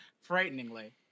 frighteningly